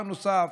דבר נוסף,